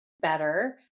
better